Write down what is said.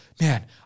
man